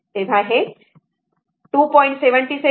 तर ते 2